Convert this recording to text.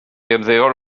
ymddeol